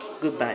Goodbye